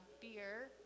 beer